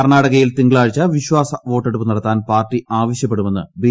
കർണ്ണാടകയിൽ തിങ്കളാഴ്ച വിശ്വാസ വോട്ടെടുപ്പ് നടത്താൻ പാർട്ടി ആവശ്യപ്പെടുമെന്ന് ബി